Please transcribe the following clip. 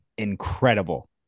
Incredible